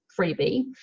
freebie